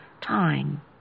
time